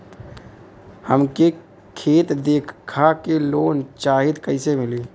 हमके खेत देखा के लोन चाहीत कईसे मिली?